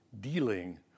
dealing